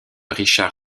richard